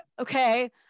okay